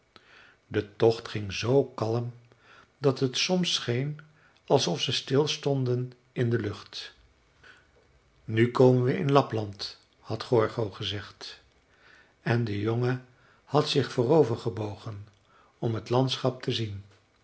de tocht ging zoo kalm dat het soms scheen alsof ze stil stonden in de lucht nu komen we in lapland had gorgo gezegd en de jongen had zich voorover gebogen om het landschap te zien